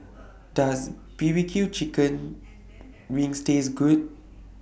Does B B Q Chicken Wings Taste Good